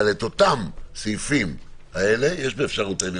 אבל את אותם סעיפים יש באפשרותנו,